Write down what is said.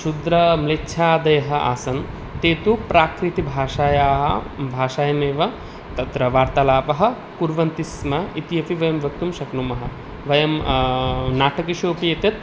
शूद्रम्लेच्छादयः आसन् ते तु प्राकृतभाषायाः भाषायामेव तत्र वार्तालापं कुर्वन्ति स्म इत्यपि वयं वक्तुं शक्नुमः वयं नाटकेषु अपि एतत्